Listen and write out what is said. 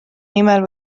nimel